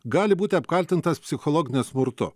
gali būti apkaltintas psichologiniu smurtu